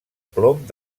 plom